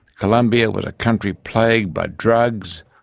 colombia was a country plagued by drugs,